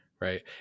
Right